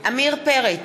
עמיר פרץ,